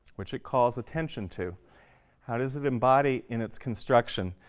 which it calls attention to how does it embody in its construction